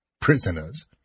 Prisoners